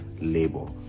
labor